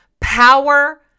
power